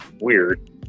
weird